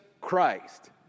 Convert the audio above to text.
Christ